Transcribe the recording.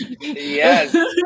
yes